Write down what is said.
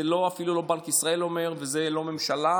זה אפילו לא בנק ישראל אומר וזה לא הממשלה,